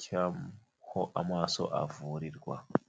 cyaho amaso avurirwa.